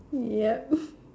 yup